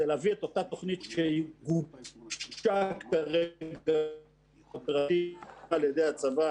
להביא את אותה תוכנית שהיא גובשה --- על ידי הצבא